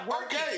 working